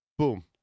Boom